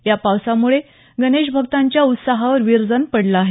या पावसामुळे गणेशभक्तांच्या उत्साहावर विरजण पडलं आहे